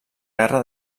guerra